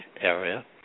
area